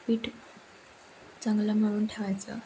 पीठ चांगलं मळून ठेवायचं